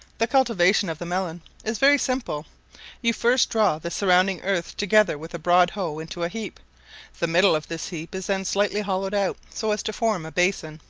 the cultivation of the melon is very simple you first draw the surrounding earth together with a broad hoe into a heap the middle of this heap is then slightly hollowed out, so as to form a basin,